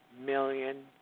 million